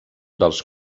dels